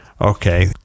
Okay